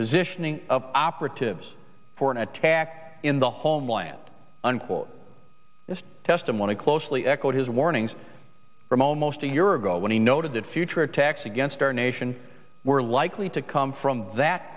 positioning of operatives for an attack in the homeland this testimony closely echoed his warnings from almost a year ago when he noted that future attacks against our nation were likely to come from that